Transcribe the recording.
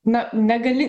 na negali